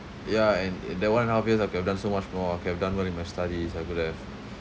ya in in that one and a half years I could have done so much more I could have done well in my studies I could have